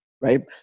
right